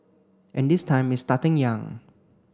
and this time it's starting young